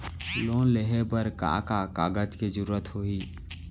Loan लेहे बर का का कागज के जरूरत होही?